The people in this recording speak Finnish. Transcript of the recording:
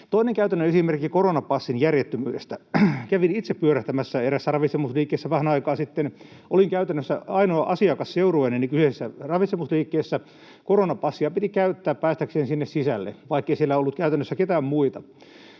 Toinen käytännön esimerkki koronapassin järjettömyydestä. Kävin itse pyörähtämässä eräässä ravitsemusliikkeessä vähän aikaa sitten, olin käytännössä ainoa asiakas seurueineni kyseisessä ravitsemusliikkeessä. Koronapassia piti käyttää päästäkseen sinne sisälle, vaikkei siellä ollut käytännössä ketään muita.